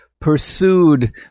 pursued